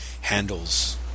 handles